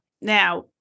Now